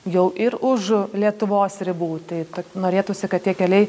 jau ir už lietuvos ribų tai tad norėtųsi kad tie keliai